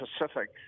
Pacific